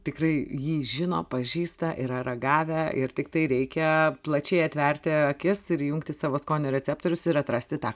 tikrai jį žino pažįsta yra ragavę ir tiktai reikia plačiai atverti akis ir įjungti savo skonio receptorius ir atrasti tą